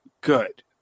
good